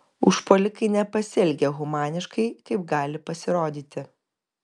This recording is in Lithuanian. užpuolikai nepasielgė humaniškai kaip gali pasirodyti